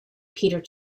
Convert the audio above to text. peter